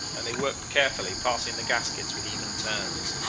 and they worked carefully, passing the gaskets with even turns.